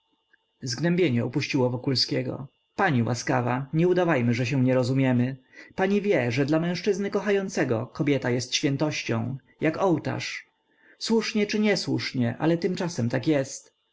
zgnębienie opuściło wokulskiego pani łaskawa nie udawajmy że się nie rozumiemy pani wie że dla mężczyzny kochającego kobieta jest świętością jak ołtarz słusznie czy niesłusznie ale tymczasem tak jest